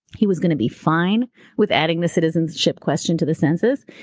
he was going to be fine with adding the citizenship question to the census,